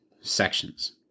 sections